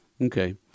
Okay